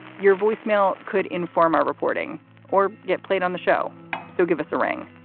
your voicemail could inform our reporting or get played on the show so give us a ring.